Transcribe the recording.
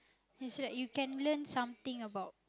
then so that you can learn something about